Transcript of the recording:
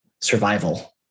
survival